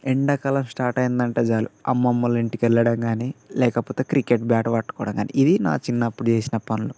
ఎండాకాలం స్టార్ట్ అయ్యిందంటే చాలు అమ్మమ్మ వాళ్ళ ఇంటికి వెళ్ళటం కానీ లేకపోతే క్రికెట్ బ్యాట్ పట్టుకోవటం కానీ ఇవి నా చిన్నప్పుడు చేసిన పనులు